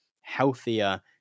healthier